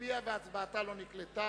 הוועדה, נתקבל.